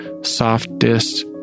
softest